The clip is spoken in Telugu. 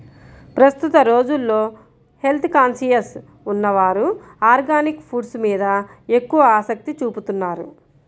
ప్రస్తుత రోజుల్లో హెల్త్ కాన్సియస్ ఉన్నవారు ఆర్గానిక్ ఫుడ్స్ మీద ఎక్కువ ఆసక్తి చూపుతున్నారు